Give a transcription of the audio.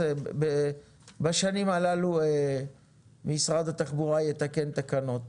בשנים הללו משרד התחבורה יתקן תקנות